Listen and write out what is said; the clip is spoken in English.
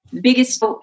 Biggest